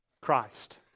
Christ